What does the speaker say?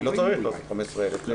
כי לא צריך לערוך 15,000 בדיקות.